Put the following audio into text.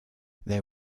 they